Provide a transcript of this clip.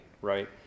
right